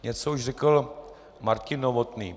Něco už řekl Martin Novotný.